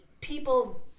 people